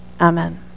Amen